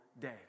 day